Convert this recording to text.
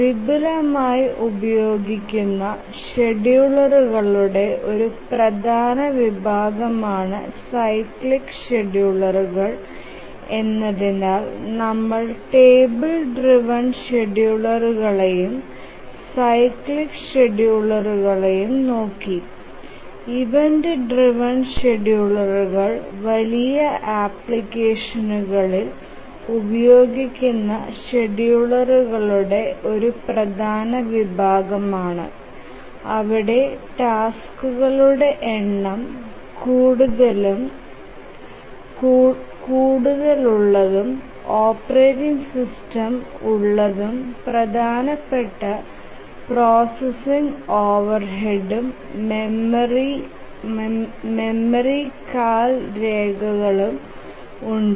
വിപുലമായി ഉപയോഗിക്കുന്ന ഷെഡ്യൂളറുകളുടെ ഒരു പ്രധാന വിഭാഗമാണ് സൈക്ലിക് ഷെഡ്യൂളറുകൾ എന്നതിനാൽ നമ്മൾ ടേബിൾ ഡ്രൈവ്എൻ ഷെഡ്യൂളറുകളെയും സൈക്ലിക് ഷെഡ്യൂളറുകളെയും നോക്കി ഇവന്റ് ഡ്രൈവ്എൻ ഷെഡ്യൂളറുകൾ വലിയ ആപ്ലിക്കേഷനുകളിൽ ഉപയോഗിക്കുന്ന ഷെഡ്യൂളറുകളുടെ ഒരു പ്രധാന വിഭാഗമാണ് അവിടെ ടാസ്ക്കുകളുടെ എണ്ണം കൂടുതലുള്ളതും ഓപ്പറേറ്റിംഗ് സിസ്റ്റം ഉള്ളതും പ്രധാനപ്പെട്ട പ്രോസസ്സിംഗ് ഓവർഹെഡും മെമ്മറി കാൽ രേഖകളും ഉണ്ട്